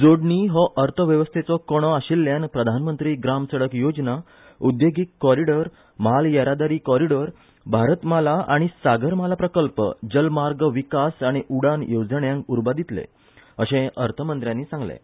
जोडणी हो अर्थव्यवस्थेचो कणो आशिल्ल्यान प्रधानमंत्री ग्राम सडक योजना उद्देगीक कॉरीडॉर म्हाल येरादारी कॉरीडॉर भारतमाला आनी सागरमाला प्रकल्प जलमार्ग विकास आनी उडाण येवजण्यांक उर्बा दितले अशें अर्थमंत्र्यानी सांगलें